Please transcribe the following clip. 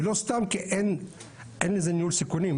ולא סתם, כי אין לזה ניהול סיכונים.